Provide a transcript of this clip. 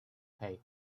hey